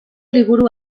liburu